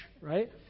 right